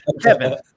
Kevin